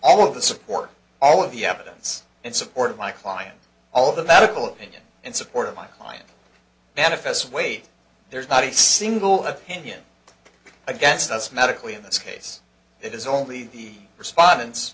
all of the support all of the evidence in support of my client all the medical opinion and support of my client manifests wait there is not a single opinion against us medically in this case it is only the respondents